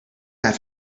that